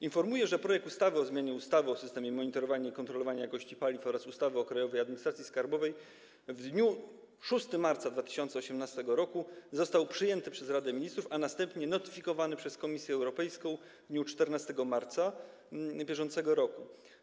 Informuję, że projekt ustawy o zmianie ustawy o systemie monitorowania i kontrolowania jakości paliw oraz ustawy o Krajowej Administracji Skarbowej w dniu 6 marca 2018 r. został przyjęty przez Radę Ministrów, a następnie notyfikowany przez Komisję Europejską w dniu 14 marca br.